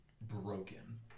broken